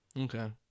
Okay